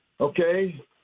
Okay